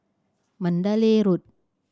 Mandalay Road